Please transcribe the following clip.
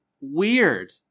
Weird